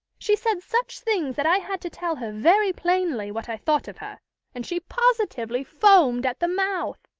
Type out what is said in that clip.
she said such things that i had to tell her very plainly what i thought of her and she positively foamed at the mouth!